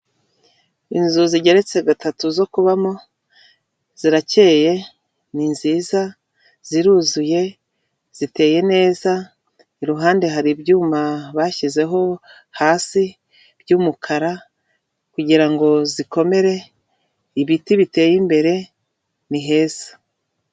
Inzu zigeretse gatatu zo kubamo zirakeye ni nziza ziruzuye ziteye neza iruhande hari ibyuma bashyizeho hasi by'umukara kugirango zikomere ibiti bite imbere ni heza.